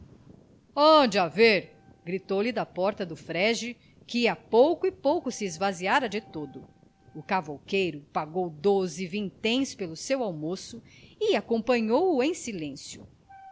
ande a ver gritou-lhe da porta do frege que a pouco e pouco se esvaziara de todo o cavouqueiro pagou doze vinténs pelo seu almoço e acompanhou-o em silêncio